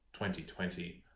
2020